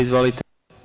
Izvolite.